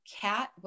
cat